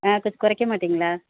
ஆ கொஞ்சம் குறைக்க மாட்டிங்களா